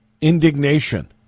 indignation